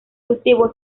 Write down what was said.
cultivo